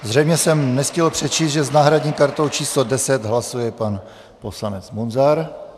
Zřejmě jsem nestihl přečíst, že s náhradní kartou číslo 10 hlasuje pan poslanec Munzar.